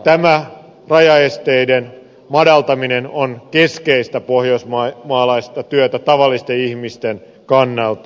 tämä rajaesteiden madaltaminen on keskeistä pohjoismaalaista työtä tavallisten ihmisten kannalta